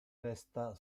resta